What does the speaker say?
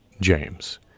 James